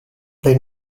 they